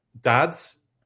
dads